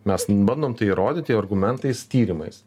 mes bandom tai įrodyti argumentais tyrimais